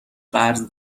قرض